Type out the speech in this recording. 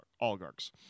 oligarchs